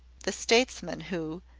the statesman who,